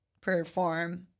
perform